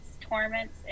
torments